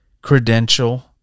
Credential